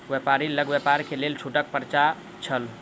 व्यापारी लग व्यापार के लेल छूटक पर्चा छल